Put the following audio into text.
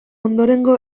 ondorengo